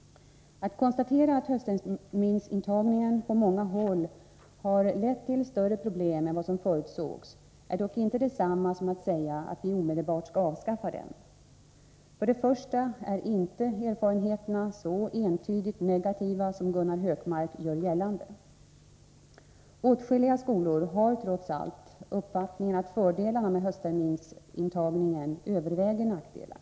Att konstatera att höstterminsintagningen på många håll har lett till större problem än vad som förutsågs är dock inte detsamma som att säga att vi omedelbart skall avskaffa den. För det första är inte erfarenheterna så entydigt negativa som Gunnar Hökmark gör gällande. Åtskilliga skolor har trots allt uppfattningen att fördelarna med höstterminsintagningen överväger nackdelarna.